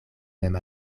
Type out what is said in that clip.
mem